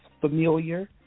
familiar